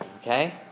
Okay